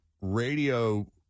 radio